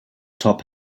top